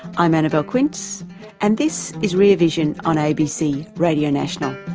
i'm annabelle quince and this is rear vision on abc radio national.